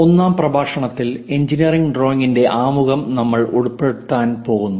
ഒന്നാം പ്രഭാഷണത്തിൽ എഞ്ചിനീയറിംഗ് ഡ്രോയിംഗിന്റെ ആമുഖം നമ്മൾ ഉൾപ്പെടുത്താൻ പോകുന്നു